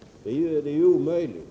Det är ju omöjligt!